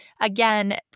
again